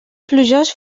plujós